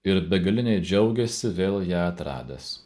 ir begaliniai džiaugiasi vėl ją atradęs